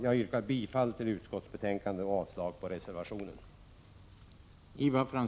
Jag yrkar bifall till utskottets hemställan och avslag på reservationen.